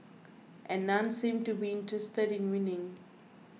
and none seemed to be interested in winning